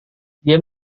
dia